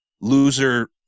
Loser